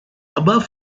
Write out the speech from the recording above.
above